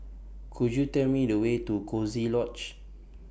Could YOU Tell Me The Way to Coziee Lodge